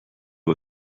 you